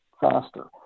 faster